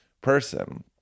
person